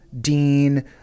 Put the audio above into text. Dean